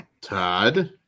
Todd